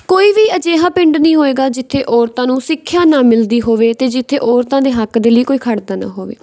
ਕੋਈ ਵੀ ਅਜਿਹਾ ਪਿੰਡ ਨਹੀਂ ਹੋਏਗਾ ਜਿੱਥੇ ਔਰਤਾਂ ਨੂੰ ਸਿੱਖਿਆ ਨਾ ਮਿਲਦੀ ਹੋਵੇ ਅਤੇ ਜਿੱਥੇ ਔਰਤਾਂ ਦੇ ਹੱਕ ਦੇ ਲਈ ਕੋਈ ਖੜ੍ਹਦਾ ਨਾ ਹੋਵੇ